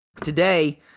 today